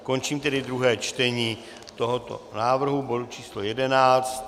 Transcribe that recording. Končím tedy druhé čtení tohoto návrhu, bodu č. 11.